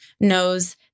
knows